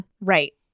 right